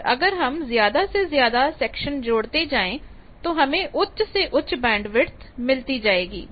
और अगर हम ज्यादा से ज्यादा सेक्शन जोड़ते जाएं तो हमें उच्च से उच्च बैंडविथ मिलती जाएगी